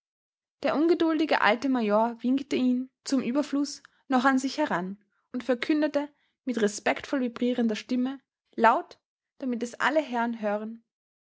der ungeduldige alte major winkte ihn zum überfluß noch an sich heran und verkündete mit respektvoll vibrierender stimme laut damit es alle herren hören